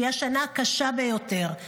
שהיא השנה הקשה ביותר.